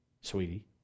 sweetie